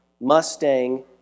Mustang